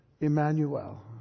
Emmanuel